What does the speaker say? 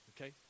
okay